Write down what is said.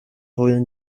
heulen